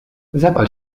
zapal